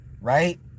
Right